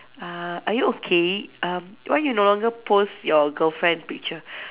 uh are you okay um why you no longer post your girlfriend picture